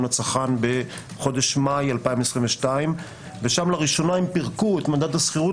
לצרכן בחודש מאי 2022. שם לראשונה הם פירקו את מדד השכירות